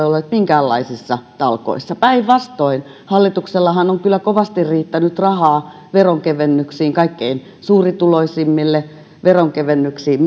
olleet minkäänlaisissa talkoissa päinvastoin hallituksellahan on kyllä kovasti riittänyt rahaa veronkevennyksiin kaikkein suurituloisimmille veronkevennyksiin